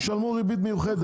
שישלמו ריבית מיוחדת.